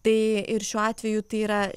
tai ir šiuo atveju tai yra